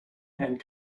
and